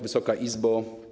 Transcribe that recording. Wysoka Izbo!